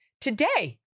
Today